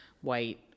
white